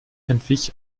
entwich